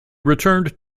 returned